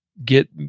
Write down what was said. get